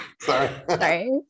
sorry